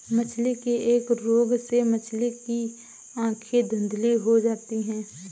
मछली के एक रोग से मछली की आंखें धुंधली हो जाती है